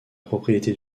propriété